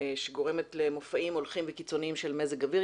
שגורמת למופעים הולכים וקיצוניים של מזג אוויר.